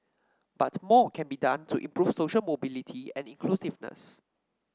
but more can be done to improve social mobility and inclusiveness